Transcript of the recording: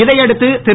இதை அடுத்து திரு